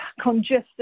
congested